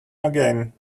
again